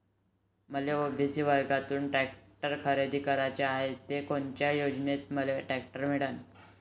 मले ओ.बी.सी वर्गातून टॅक्टर खरेदी कराचा हाये त कोनच्या योजनेतून मले टॅक्टर मिळन?